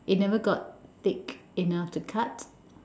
it never got thick enough to cut